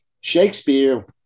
Shakespeare